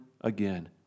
again